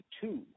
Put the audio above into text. two